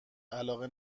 علاقه